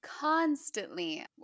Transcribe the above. constantly